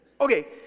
Okay